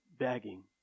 Begging